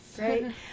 right